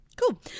Cool